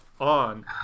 on